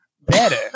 Better